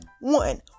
one